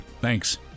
Thanks